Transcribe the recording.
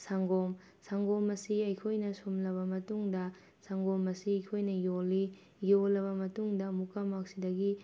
ꯁꯪꯒꯣꯝ ꯁꯪꯒꯣꯝ ꯑꯁꯤ ꯑꯩꯈꯣꯏꯅ ꯁꯨꯝꯂꯕ ꯃꯇꯨꯡꯗ ꯁꯪꯒꯣꯝ ꯑꯁꯤ ꯑꯩꯈꯣꯏꯅ ꯌꯣꯜꯂꯤ ꯌꯣꯜꯂꯕ ꯃꯇꯨꯡꯗ ꯑꯃꯨꯛꯀ ꯑꯃꯨꯛ ꯑꯁꯤꯗꯒꯤ